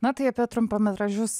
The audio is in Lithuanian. na tai apie trumpametražius